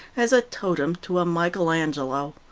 as a totem to a michael angelo.